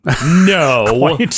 No